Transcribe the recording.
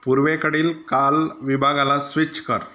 पूर्वेकडील काल विभागाला स्विच कर